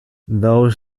though